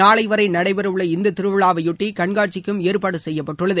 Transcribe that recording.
நாளை வரை நடைபெற உள்ள இந்த திருவிழாவையொட்டி கண்காட்சிக்கும் ஏற்பாடு செய்யப்பட்டுள்ளது